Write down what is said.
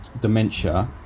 dementia